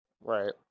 Right